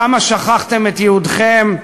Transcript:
כמה שכחתם את ייעודכם,